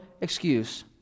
excuse